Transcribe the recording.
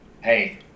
hey